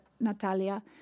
Natalia